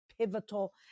pivotal